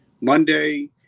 Monday